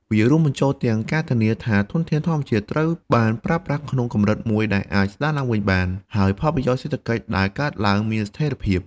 វារួមបញ្ចូលទាំងការធានាថាធនធានធម្មជាតិត្រូវបានប្រើប្រាស់ក្នុងកម្រិតមួយដែលអាចស្ដារឡើងវិញបាន និងផលប្រយោជន៍សេដ្ឋកិច្ចដែលកើតឡើងមានស្ថិរភាព។